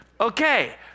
Okay